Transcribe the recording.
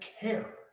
care